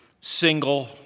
single